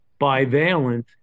bivalent